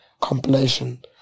compilation